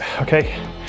okay